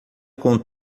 com